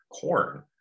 corn